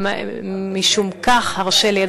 גם משום כך הרשה לי,